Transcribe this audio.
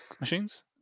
machines